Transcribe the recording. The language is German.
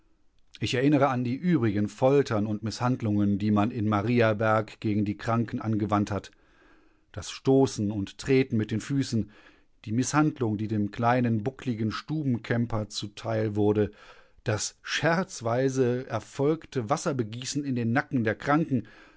ich erinnere an die übrigen foltern und mißhandlungen die man in mariaberg gegen die kranken angewandt hat das stoßen und treten mit den füßen die mißhandlung die dem kleinen buckligen stubenkämper zuteil wurde das scherzweise erfolgte wasserbegießen in den nacken der kranken